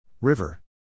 River